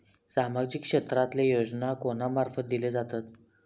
सामाजिक क्षेत्रांतले योजना कोणा मार्फत दिले जातत?